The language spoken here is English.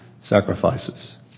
sacrifices